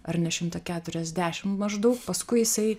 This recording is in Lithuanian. ar ne šimtą keturiasdešim maždaug paskui jisai